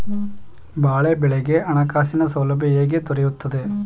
ಬಾಳೆ ಬೆಳೆಗೆ ಹಣಕಾಸಿನ ಸೌಲಭ್ಯ ಹೇಗೆ ದೊರೆಯುತ್ತದೆ?